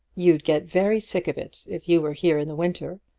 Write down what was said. you'd get very sick of it if you were here in the winter.